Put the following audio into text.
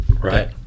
right